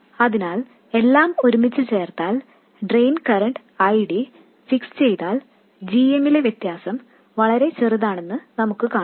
അതിനാൽ എല്ലാം ഒരുമിച്ച് ചേർത്താൽ drain current I D fix ചെയ്താൽ gmലെ വ്യത്യാസം വളരെ ചെറുതാണെന്ന് നമുക്ക് കാണാം